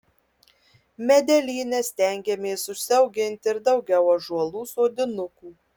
medelyne stengiamės užsiauginti ir daugiau ąžuolų sodinukų